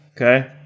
okay